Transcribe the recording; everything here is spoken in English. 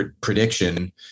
prediction